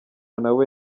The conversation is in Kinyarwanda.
nawe